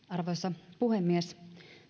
arvoisa puhemies